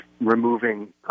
removing